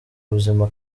ubuzima